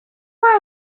dream